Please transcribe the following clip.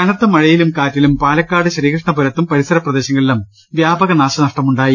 കനത്ത മഴയിലും കാറ്റിലും പാലക്കാട് ശ്രീകൃഷ്ണപുരത്തും പരി സരപ്രദേശങ്ങളിലും വ്യാപക നാശനഷ്ടം ഉണ്ടായി